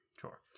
Sure